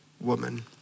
woman